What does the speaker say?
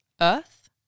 Earth